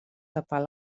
tapar